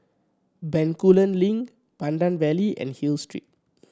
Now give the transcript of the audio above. Bencoolen Link Pandan Valley and Hill Street